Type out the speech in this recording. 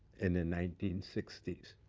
in the nineteen sixty s.